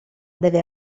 deve